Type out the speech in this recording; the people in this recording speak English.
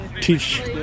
teach –